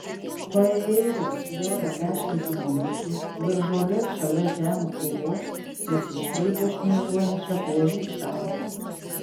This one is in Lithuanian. paėjėjęs gerą dešimtį minučių virš žolės šalia žemių krūvos jis išvydo šmėžuojančią buožės galvą